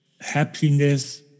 happiness